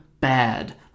bad